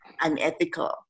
unethical